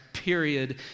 period